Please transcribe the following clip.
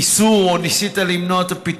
1. האם הם ניסו, או ניסית, למנוע את הפיטורים?